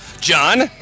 John